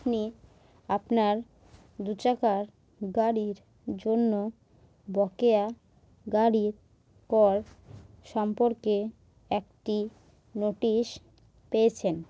আপনি আপনার দু চাকা গাড়ির জন্য বকেয়া গাড়ির কর সম্পর্কে একটি নোটিশ পেয়েছেন